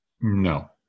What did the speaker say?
No